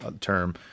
term